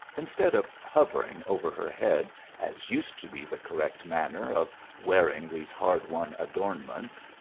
instead of hovering over her head as used to be the correct manner of wearing these hard-won adornments,